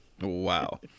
Wow